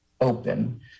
open